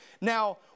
Now